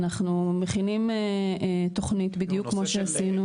אז אנחנו מכינים תוכנית, בדיוק כמו שעשינו.